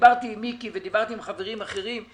דיברתי עם מיקי, ודיברתי עם חברים אחרים,